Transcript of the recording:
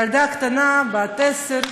ילדה קטנה בת עשר,